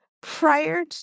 prior